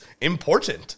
important